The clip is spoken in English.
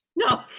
No